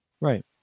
Right